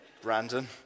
Brandon